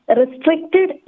restricted